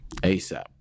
ASAP